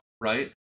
right